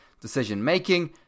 decision-making